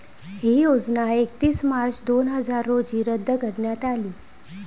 ही योजना एकतीस मार्च दोन हजार रोजी रद्द करण्यात आली